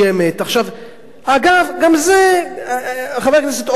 אגב, גם זה, חבר הכנסת אורבך,